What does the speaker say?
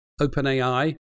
OpenAI